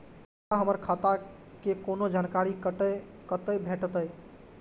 हमरा हमर खाता के कोनो जानकारी कतै भेटतै?